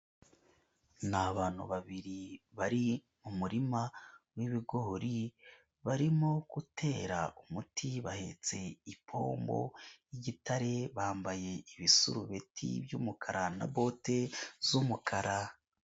Ni abantu babiri bari mu muririma wibigori, barimo gutera umuti, bahetse ipombo y'igitare, bambaye ibisurubeti by'umukara na bote z'umukara.